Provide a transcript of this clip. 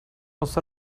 los